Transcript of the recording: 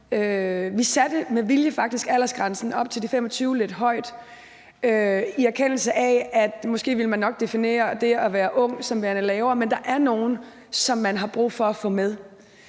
Vi satte faktisk med vilje aldersgrænsen op til de 25 lidt højt, i erkendelse af at man måske nok ville definere det at være ung som værende lavere, men at der er nogen, som man har brug for at få med.